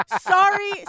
Sorry